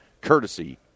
courtesy